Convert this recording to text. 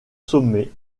sommets